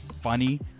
funny